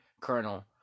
Colonel